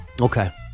Okay